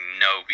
no